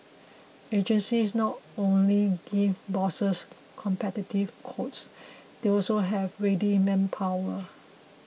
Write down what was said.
agencies not only give bosses competitive quotes they also have ready manpower